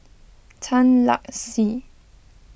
Tan Lark Sye